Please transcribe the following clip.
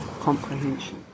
comprehension